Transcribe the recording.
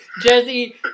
Jesse